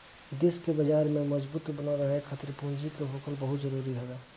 देस के बाजार में मजबूत बनल रहे खातिर पूंजी के होखल बहुते जरुरी हवे